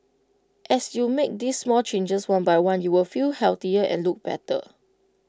as you make these small changes one by one you will feel healthier and look better